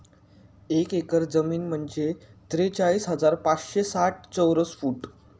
एक एकर जमीन म्हणजे त्रेचाळीस हजार पाचशे साठ चौरस फूट